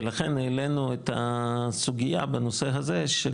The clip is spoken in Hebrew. ולכן העלינו את הסוגיה בנושא הזה של: